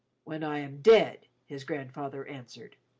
when i am dead, his grandfather answered.